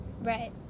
right